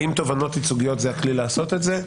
האם תובענות ייצוגיות זה הכלי לעשות את זה?